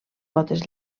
potes